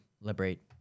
liberate